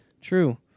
True